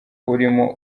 urimo